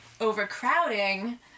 overcrowding